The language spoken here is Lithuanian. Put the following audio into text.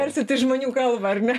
versit į žmonių kalbą ar ne